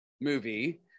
movie